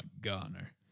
goner